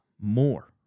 more